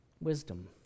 wisdom